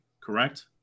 correct